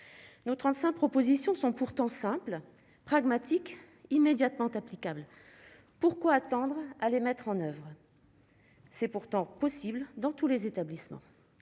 nos 35 propositions sont pourtant simples, pragmatiques, immédiatement applicables, pourquoi attendre à les mettre en oeuvre. C'est pourtant possible dans tous les établissements,